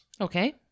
Okay